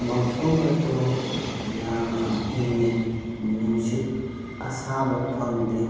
ꯃꯐꯝ ꯑꯗꯣ ꯌꯥꯝꯅ ꯏꯪꯉꯤ ꯅꯨꯡꯁꯤꯠ ꯑꯁꯥꯕ ꯐꯪꯗꯦ